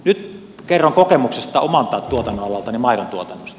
nyt kerron kokemuksesta omalta tuotannonalaltani maidontuotannosta